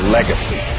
Legacy